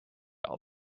all